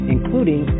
including